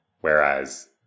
whereas